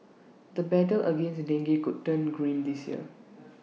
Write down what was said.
the battle against dengue could turn grim this year